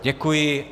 Děkuji.